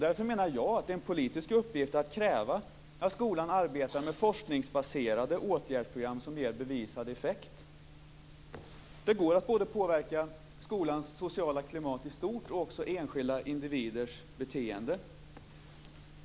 Därför menar jag att det är en politisk uppgift att kräva att skolan arbetar med forskningsbaserade åtgärdsprogram som ger bevisad effekt. Det går att påverka både skolans sociala klimat i stort och enskilda individers beteende.